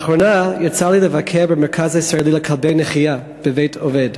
לאחרונה יצא לי לבקר במרכז הישראלי לכלבי נחייה בבית-עובד,